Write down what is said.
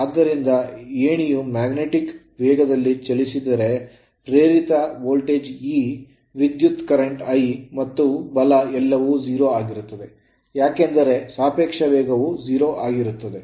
ಆದ್ದರಿಂದ ಏಣಿಯು magnetic field ವೇಗದಲ್ಲಿ ಚಲಿಸಿದರೆ ಪ್ರೇರಿತ ವೋಲ್ಟೇಜ್ E ವಿದ್ಯುತ್ ಪ್ರವಾಹ I ಮತ್ತು ಬಲ ಎಲ್ಲವೂ 0 ಆಗಿರುತ್ತದೆ ಏಕೆಂದರೆ ಸಾಪೇಕ್ಷ ವೇಗವು 0 ಆಗಿರುತ್ತದೆ